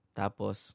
tapos